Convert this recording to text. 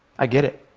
i get it.